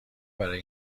برای